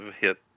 hit